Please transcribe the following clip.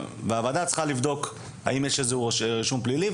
והוועדה צריכה לבדוק האם יש איזה שהוא רישום פלילי,